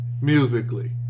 musically